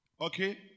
Okay